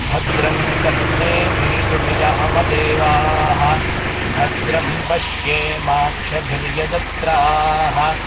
भद्रं कर्णेभिः शृणुयामदेवाः भद्रं पश्येमाक्षभिर्यजत्राः